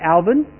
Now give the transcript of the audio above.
Alvin